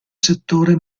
settore